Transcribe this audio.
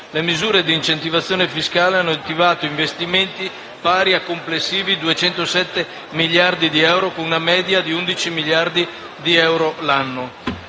le misure di incentivazione fiscale hanno attivato investimenti pari a 207 miliardi di euro, con una media di 11 miliardi di euro all'anno;